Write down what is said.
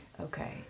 Okay